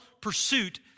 pursuit